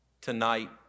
Tonight